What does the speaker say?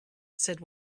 said